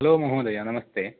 hello महोदय नमस्ते